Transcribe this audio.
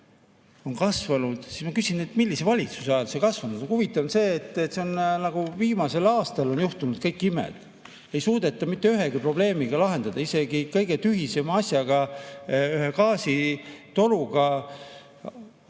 on kasvanud, siis ma küsin, millise valitsuse ajal need kasvanud on. Huvitav on see, et see kõik on nagu viimasel aastal juhtunud. Ei suudeta mitte ühtegi probleemi lahendada, isegi kõige tühisema asjaga, ühe gaasitoruga kai